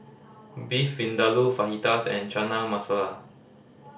Beef Vindaloo Fajitas and Chana Masala